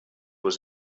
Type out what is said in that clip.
was